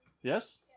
Yes